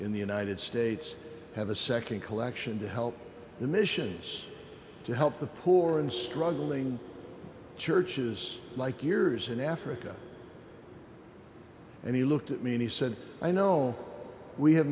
in the united states have a nd collection to help the missions to help the poor and struggling churches like yours in africa and he looked at me and he said i know we have